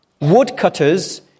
woodcutters